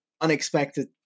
Unexpected